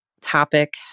topic